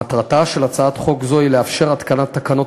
מטרתה של הצעת חוק זו היא לאפשר התקנת תקנות